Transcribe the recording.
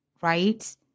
right